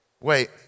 Wait